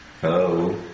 Hello